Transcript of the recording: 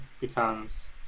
becomes